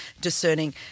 discerning